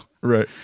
right